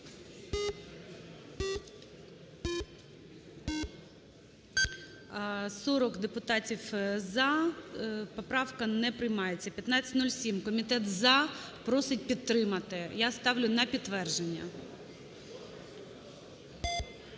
40 депутатів "за", поправка не приймається. 1507. Комітет – за, просить підтримати. Я ставлю на підтвердження.